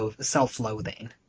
self-loathing